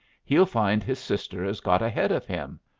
he'll find his sister has got ahead of him.